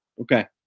Okay